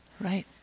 right